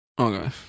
Okay